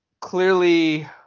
clearly